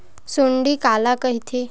सुंडी काला कइथे?